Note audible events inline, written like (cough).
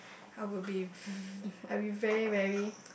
I would be (breath) I would be very very